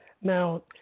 Now